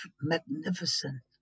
magnificent